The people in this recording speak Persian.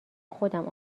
خودم